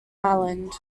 island